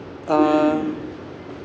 uh